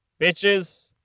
bitches